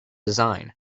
design